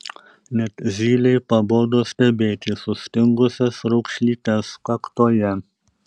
net zylei pabodo stebėti sustingusias raukšlytes kaktoje